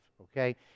okay